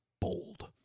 Bold